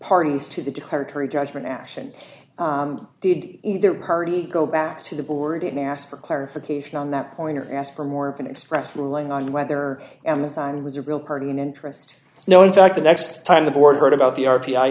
parties to the declaratory judgment action did either party go back to the board didn't ask for clarification on that point or ask for more of an express ruling on whether amazon was a real party in interest now in fact the next time the board heard about the r